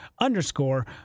underscore